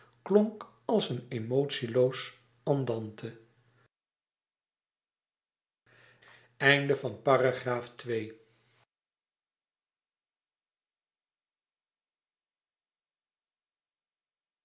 klonk als een emotieloos andante